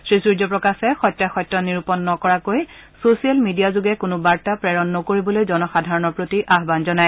শ্ৰী সূৰ্যপ্ৰকাশে সত্যাসত্য নিৰূপণ নকৰাকৈ ছ'চিয়েল মিডিয়াযোগে কোনো বাৰ্তা প্ৰেৰণ নকৰিবলৈ জনসাধাৰণৰ প্ৰতি আহান জনায়